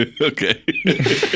Okay